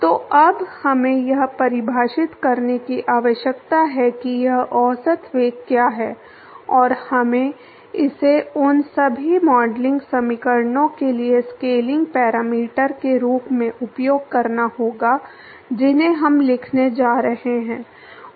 तो अब हमें यह परिभाषित करने की आवश्यकता है कि यह औसत वेग क्या है और हमें इसे उन सभी मॉडलिंग समीकरणों के लिए स्केलिंग पैरामीटर के रूप में उपयोग करना होगा जिन्हें हम लिखने जा रहे हैं